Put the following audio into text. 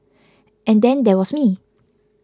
and then there was me